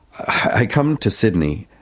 i come to sydney,